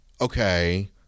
Okay